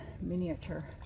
miniature